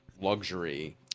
luxury